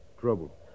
trouble